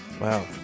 Wow